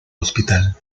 hospital